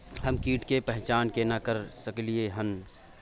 हम कीट के पहचान केना कर सकलियै हन?